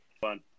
fun